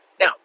Now